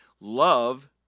Love